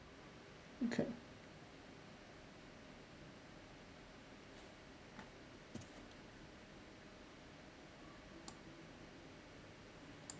okay